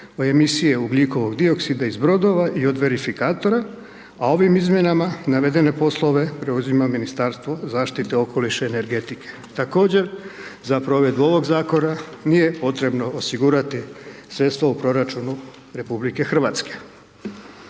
o emisiji ugljikovog dioksida iz brodova i od verifikatora, a ovim izmjenama navedene poslove preuzima Ministarstvo okoliša i energetike. Također za provedbu ovog Zakona, nije potrebno osigurati sredstva u proračunu Republike Hrvatske.